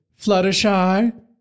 Fluttershy